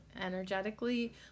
energetically